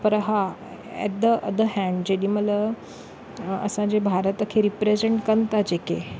पर हा and the other hand जेॾीमहिल असांजे भारत खे रिप्रसैंट कनि था जेके